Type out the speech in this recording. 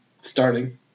Starting